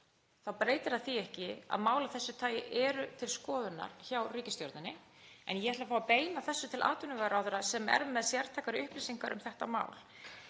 þá breytir það því ekki að mál af þessu tagi eru til skoðunar hjá ríkisstjórninni en ég ætla að fá að beina þessu til atvinnuvegaráðherra sem er með sértækar upplýsingar um þetta mál.